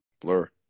blur